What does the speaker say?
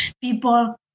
people